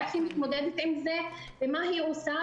איך היא מתמודדת עם זה ומה היא עושה,